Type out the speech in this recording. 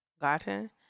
gotten